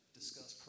discuss